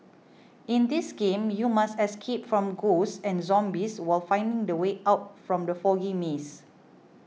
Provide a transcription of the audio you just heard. in this game you must escape from ghosts and zombies while finding the way out from the foggy maze